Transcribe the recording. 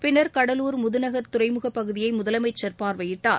பின்னர் கடலூர் முதுநகர் துறைமுகப் பகுதியை முதலமைச்சர் பார்வையிட்டார்